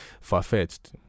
far-fetched